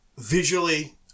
Visually